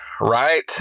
right